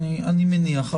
אני מניח.